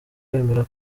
bemera